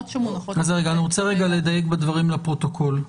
אני רוצה לדייק בדברים לפרוטוקול.